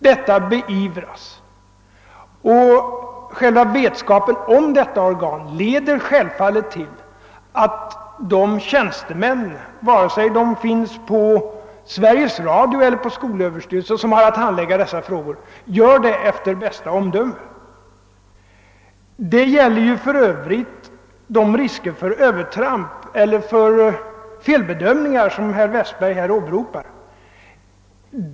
Själva vetskapen om förekomsten av detta organ leder självfallet till att de tjänstemän vare sig de finns på Sveriges Radio eller på skolöverstyrelsen — som har att handlägga dessa frågor gör det med' bästa omdöme. Det gäller för: övrigt de risker för övertramp eller: felbedömningar som herr Westberg här åberopar.